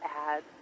ads